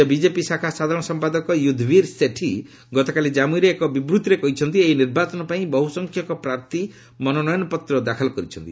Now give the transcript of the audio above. ରାଜ୍ୟ ବିଜେପି ଶାଖା ସାଧାରଣ ସମ୍ପାଦକ ୟୁଧବିର ସେଠୀ ଗତକାଲି ଜାନ୍ମୁରେ ଏକ ବିବୃତ୍ତିରେ କହିଛନ୍ତି ଏହି ନିର୍ବାଚନ ପାଇଁ ବହୁ ସଂଖ୍ୟକ ପ୍ରାର୍ଥୀ ମନୋନୟନ ପତ୍ର ଦାଖଲ କରିଛନ୍ତି